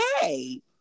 hey